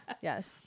Yes